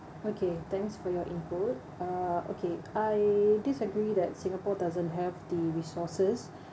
okay thanks for your input uh okay I disagree that singapore doesn't have the resources